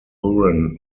huron